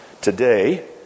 today